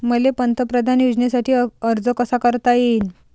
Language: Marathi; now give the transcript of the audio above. मले पंतप्रधान योजनेसाठी अर्ज कसा कसा करता येईन?